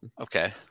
Okay